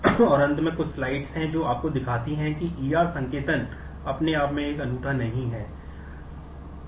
और अंत में भी कुछ स्लाइड्स हैं जो आपको दिखाती हैं कि E R संकेतन अपने आप में एक अनूठा नहीं है